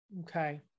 Okay